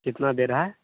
कितना दे रहा है